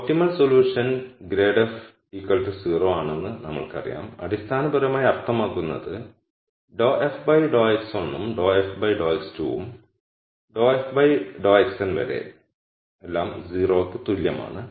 optimal solution grade f 0 ആണെന്ന് നമ്മൾക്കറിയാം അടിസ്ഥാനപരമായി അർത്ഥമാക്കുന്നത് ∂f ∂x1 ഉം ∂f ∂x2 ഉം ∂f ∂xn വരെ 0 ന് തുല്യമാണ്